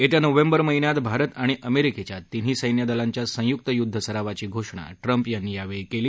येत्या नोव्हेंबर महिन्यात भारत आणि अमेरिकेच्या तिन्ही सैन्य दलांच्या संयुक युद्ध सरावाची घोषणा ट्रम्प यांनी यावेळी केली